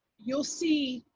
you'll see